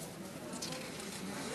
נגד,